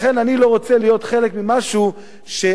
לכן אני לא רוצה להיות חלק ממשהו שאני